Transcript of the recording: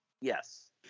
Yes